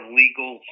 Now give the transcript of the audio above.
legal